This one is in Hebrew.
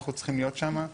אנחנו צריכים להיות שמה,